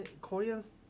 Koreans